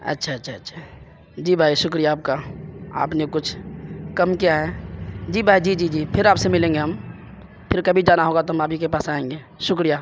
اچّھا اچّھا اچّھا جی بھائی شکریہ آپ کا آپ نے کچھ کم کیا ہے جی بھائی جی جی جی پھر آپ سے ملیں گے ہم پھر کبھی جانا ہوگا تو ہم آپ ہی کے پاس آئیں گے شکریہ